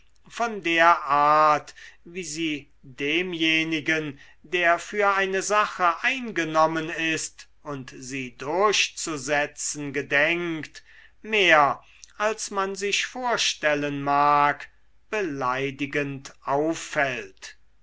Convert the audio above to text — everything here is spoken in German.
von der art wie sie demjenigen der für eine sache eingenommen ist und sie durchzusetzen gedenkt mehr als man sich vorstellen mag beleidigend auffällt